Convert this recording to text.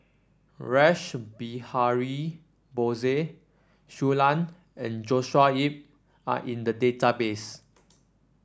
Rash Behari Bose Shui Lan and Joshua Ip are in the database